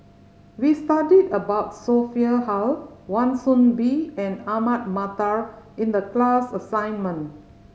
we studied about Sophia Hull Wan Soon Bee and Ahmad Mattar in the class assignment